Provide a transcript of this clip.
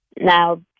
now